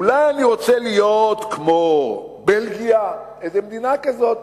אולי אני רוצה להיות כמו בלגיה, איזו מדינה כזאת,